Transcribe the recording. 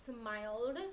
smiled